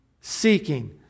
seeking